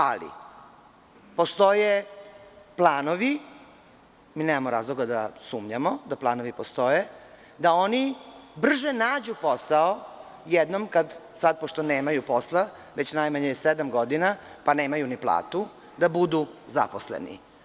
Ali, postoje planovi i mi nemamo razloga da sumnjamo da planovi postoje, da oni brže nađu posao jednom kad sada pošto nemaju posla, već najmanje sedam godina, pa nemaju ni platu da budu zaposleni.